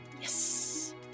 Yes